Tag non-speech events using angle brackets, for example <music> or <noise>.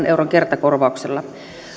<unintelligible> euron kertakorvauksella